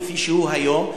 כפי שהוא היום,